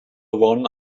one